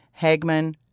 Hagman